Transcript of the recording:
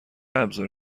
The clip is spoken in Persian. ابزار